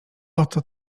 oto